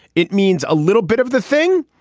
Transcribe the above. it means a little bit of the thing,